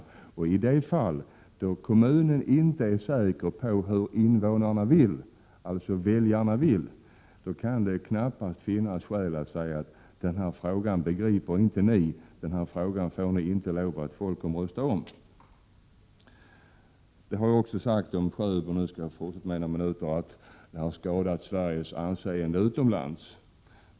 Det kan knappast finnas skäl att till en kommun, som inte är säker på vad invånarna, väljarna, vill, säga att den inte begriper sig på frågan och därför inte får lov att folkomrösta om den. Det har också sagts att beslutet i Sjöbo har skadat Sveriges anseende utomlands.